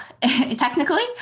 technically